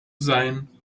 sein